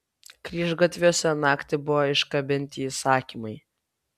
kryžgatviuose naktį buvo iškabinti įsakymai